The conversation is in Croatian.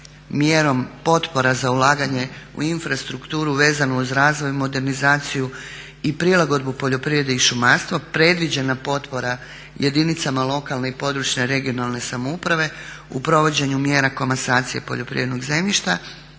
mjerom potpora za ulaganje u infrastrukturu vezanu uz razvoj i modernizaciju i prilagodbu poljoprivredi i šumarstvo predviđena potpora jedinicama lokalne i područne (regionalne) samouprave u provođenju mjera komasacije poljoprivrednog zemljišta.